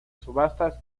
subastas